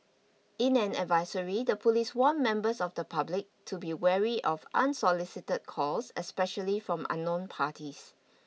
in an advisory the police warned members of the public to be wary of unsolicited calls especially from unknown parties